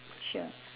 sure